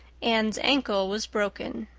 anne's ankle was broken.